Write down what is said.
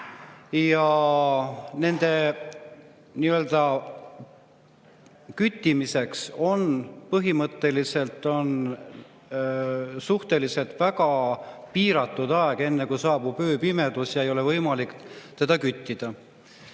Ja nende küttimiseks on põhimõtteliselt suhteliselt väga piiratud aeg, enne kui saabub ööpimedus ja ei ole võimalik teda küttida.